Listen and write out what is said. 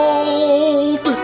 old